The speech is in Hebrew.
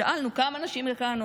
שאלנו: כמה נשים מכהנות?